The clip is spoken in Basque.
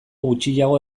gutxiago